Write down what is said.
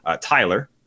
Tyler